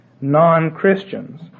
non-Christians